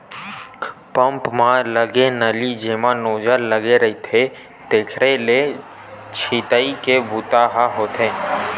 pump म लगे नली जेमा नोजल लगे रहिथे तेखरे ले छितई के बूता ह होथे